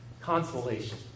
consolation